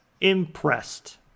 impressed